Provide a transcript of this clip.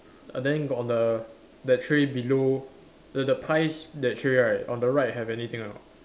then got the that tray below the the pies that tray right on the right have anything or not